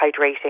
hydrating